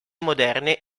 moderne